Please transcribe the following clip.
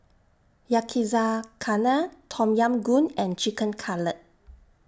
Yakizakana Tom Yam Goong and Chicken Cutlet